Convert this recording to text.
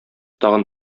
тагын